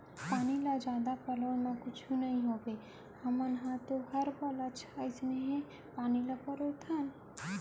पानी ल जादा पलोय म कुछु नइ होवय हमन तो हर बछर अइसने पानी पलोथन